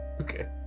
Okay